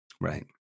right